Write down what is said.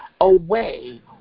away